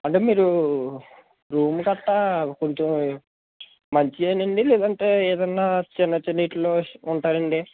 అంటే మీరు రూము గట్రా కొంచెం మంచివేనా అండీ లేదంటే ఏదన్నా చిన్న చిన్న వీటిలో ఉంటారండి